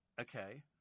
Okay